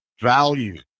value